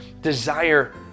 desire